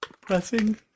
pressing